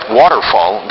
waterfall